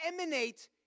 emanate